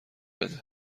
بده